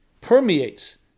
permeates